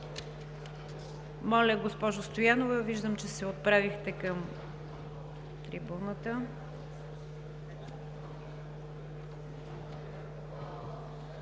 Моля, госпожо Стоянова, виждам, че се отправяте към трибуната.